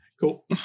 Cool